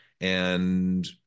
and-